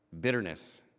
bitterness